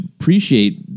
appreciate